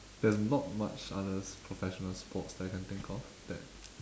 there's not much other professional sports that I can think of that